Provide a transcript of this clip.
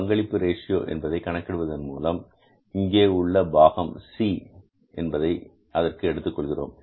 பங்களிப்பு ரேஷியோ என்பதை கணக்கிடுவதன் மூலம் இங்கே உள்ள பாகம் சி என்பதை அதற்கு எடுத்துக் கொள்கிறோம்